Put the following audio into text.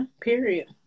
period